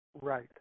Right